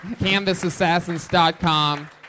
CanvasAssassins.com